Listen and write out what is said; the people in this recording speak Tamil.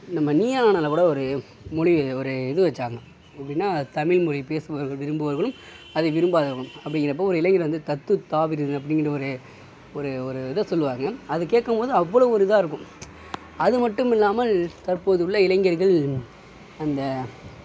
நம்ம நீயா நானால கூட ஒரு மொழி ஒரு இது வச்சாங்க எப்படின்னா தமிழ் மொழி பேச விரும்புவர்களும் அதை விரும்பாதவர்களும் அப்படிங்குறப்போ ஒரு இளைஞர் வந்து தத்து தாதுதி அப்படின்ற ஒரு ஒரு ஒரு இதை சொல்லுவாங்கள் அது கேட்கும் போது அவ்வளோ ஒரு இதாக இருக்கும் அதுமட்டும் இல்லாமல் தற்போது உள்ள இளைஞர்கள் அந்த